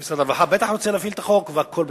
משרד הרווחה בטח רוצה להפעיל את החוק, והכול בסדר,